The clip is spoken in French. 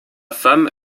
femme